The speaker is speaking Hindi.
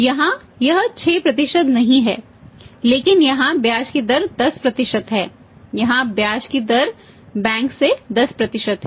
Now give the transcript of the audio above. यहां यह 6 नहीं है लेकिन यहां ब्याज की दर 10 है यहां ब्याज की दर बैंक से 10 है